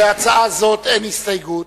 להצעה זאת אין הסתייגויות.